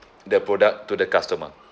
the product to the customer